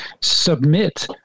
submit